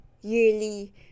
yearly